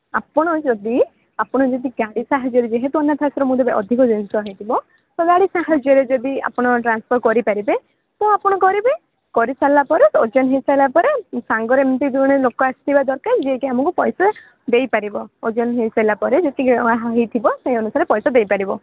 ଆପଣ ଯଦି ଆପଣ ଯଦି ଗାଡ଼ି ସାହାଯ୍ୟରେ ଯେହେତୁ ଅନାଥ ଆଶ୍ରମକୁ ଦେବେ ଅଧିକ ଜିନିଷ ହୋଇଥିବ ତ ଗାଡ଼ି ସାହାଯ୍ୟରେ ଯଦି ଆପଣ ଟ୍ରାନ୍ସପର୍ କରିପାରିବେ ତ ଆପଣ କରିବେ କରି ସାରିଲାପରେ ଓଜନ ହୋଇସାରିଲାପରେ ସାଙ୍ଗରେ ଏମିତି ଜଣେ ଲୋକ ଆସିବା ଦରକାର ଯିଏ କି ଆମକୁ ପଇସା ଦେଇପାରିବ ଓଜନ ହୋଇ ସାରିଲାପରେ ଯେତିକି ହୋଇଥିବ ସେଇ ଅନୁସାରେ ପଇସା ଦେଇ ପାରିବ